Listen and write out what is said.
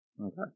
Okay